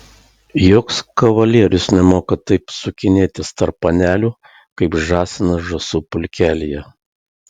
joks kavalierius nemoka taip sukinėtis tarp panelių kaip žąsinas žąsų pulkelyje